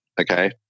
Okay